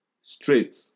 straight